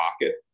pocket